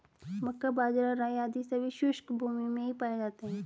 मक्का, बाजरा, राई आदि सभी शुष्क भूमी में ही पाए जाते हैं